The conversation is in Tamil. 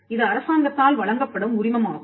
இது அரசாங்கத்தால் வழங்கப்படும் உரிமம் ஆகும்